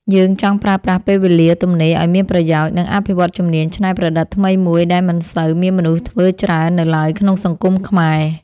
យើងចង់ប្រើប្រាស់ពេលវេលាទំនេរឱ្យមានប្រយោជន៍ និងអភិវឌ្ឍជំនាញច្នៃប្រឌិតថ្មីមួយដែលមិនសូវមានមនុស្សធ្វើច្រើននៅឡើយក្នុងសង្គមខ្មែរ។